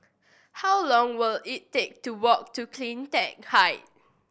how long will it take to walk to Cleantech Height